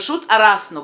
פשוט הרסנו.